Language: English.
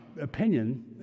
opinion